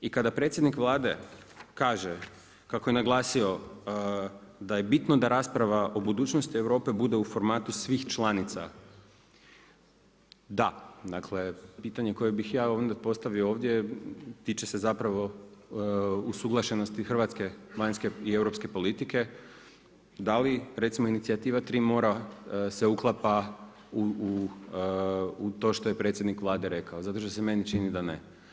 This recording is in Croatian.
I kada predsjednik Vlade kaže kako je naglasio da je bitno da rasprava o budućnosti Europe bude u formatu svih članica, da, dakle, pitanje koje bi ja onda postavio ovdje tiče se zapravo usuglašenosti Hrvatske vanjske i europske politike, da li recimo inicijativa „Tri mora“ se uklapa u to što je predsjednik Vlade rekao, zato što se meni čini da ne.